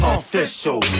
Official